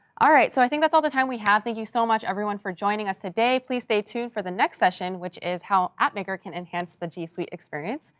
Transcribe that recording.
ah so i think that's all the time we have. thank you so much, everyone, for joining us today. please stay tuned for the next session, which is how app maker can enhance the g suite experience.